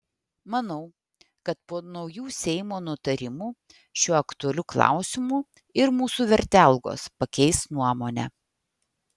manau kad po naujų seimo nutarimų šiuo aktualiu klausimu ir mūsų vertelgos pakeis nuomonę